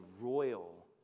royal